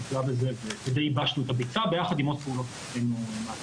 טיפלה בזה וייבשנו את הביצה יחד עם פעולות נוספות שעשינו.